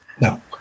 No